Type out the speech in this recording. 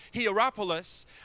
Hierapolis